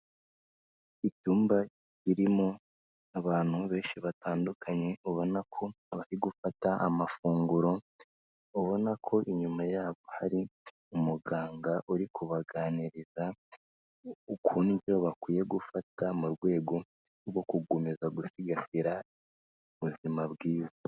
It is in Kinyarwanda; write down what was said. Icyumba kirimo abantu benshi batandukanye ubona ko bari gufata amafunguro, ubona ko inyuma yabo hari umuganga uri kubaganiriza, ukuntu ibyo bakwiye gufata mu rwego rwo kugukomeza gusigasira ubuzima bwiza.